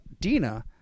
dina